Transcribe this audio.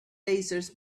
razors